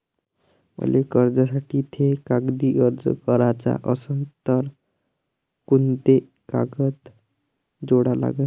मले कर्जासाठी थे कागदी अर्ज कराचा असन तर कुंते कागद जोडा लागन?